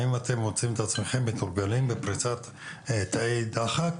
האם אתם מוצאים את עצמכם מתורגלים בפריסת תאי דחק?